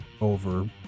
over